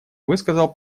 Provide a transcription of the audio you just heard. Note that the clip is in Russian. высказал